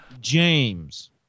James